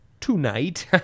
tonight